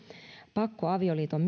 pakkoavioliiton